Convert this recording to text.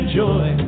joy